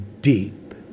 deep